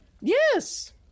Yes